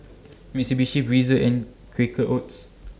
Mitsubishi Breezer and Quaker Oats